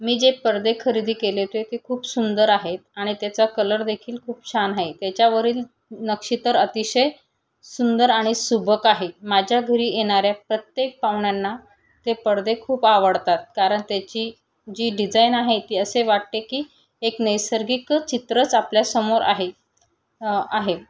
मी जे पडदे खरेदी केले होते ते खूप सुंदर आहेत आणि त्याचा कलर देखील खूप छान आहे त्याच्यावरील नक्षी तर अतिशय सुंदर आणि सुबक आहे माझ्या घरी येणाऱ्या प्रत्येक पाहुण्यांना ते पडदे खूप आवडतात कारण त्याची जी डिझाईन आहे ती असे वाटते की एक नैसर्गिक चित्रच आपल्यासमोर आहे आहे